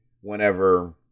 whenever